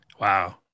Wow